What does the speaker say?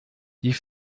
die